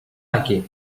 aquí